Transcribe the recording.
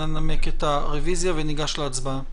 אנא נמק את הרוויזיה וניגש להצבעה.